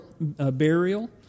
burial